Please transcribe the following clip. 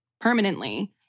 permanently